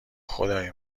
خدای